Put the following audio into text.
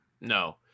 no